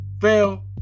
Fail